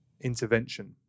intervention